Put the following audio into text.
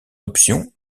option